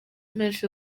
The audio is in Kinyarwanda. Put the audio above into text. menshi